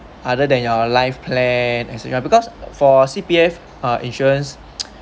other than your life plan as you are because for C_P_F uh insurance